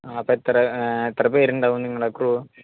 ആ അപ്പോൾ എത്ര എത്ര പേരുണ്ടാവും നിങ്ങളുടെ ക്രൂ